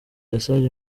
yasabye